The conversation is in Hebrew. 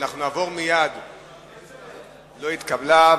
לא התקבלה.